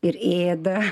ir ėda